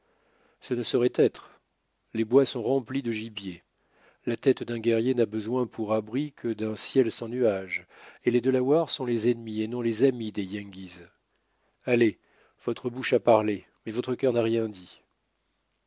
ce ne saurait être les bois sont remplis de gibier la tête d'un guerrier n'a besoin pour abri que d'un ciel sans nuage et les delawares sont les ennemis et non les amis des yengeese allez votre bouche a parlé mais votre cœur n'a rien dit